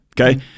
Okay